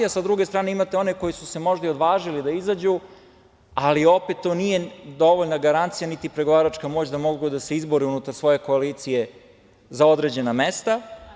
Sa druge strane, imate one koji su se možda i odvažili da izađu, ali opet to nije dovoljna garancija niti pregovaračka moć da mogu da se izbore unutar svoje koalicije za određena mesta.